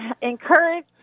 encourage